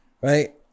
right